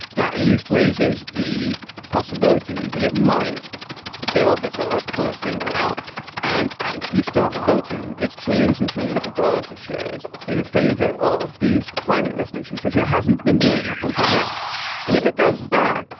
that at least raises the possibility that it might get off its arse, pull its finger out and actually start voting. it's trillions and trillions of dollars of shares in favor of these climate resolutions, which it hasn't been doing up until now and if it does that,